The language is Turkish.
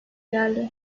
geldi